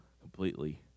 completely